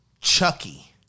Chucky